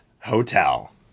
Hotel